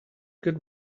good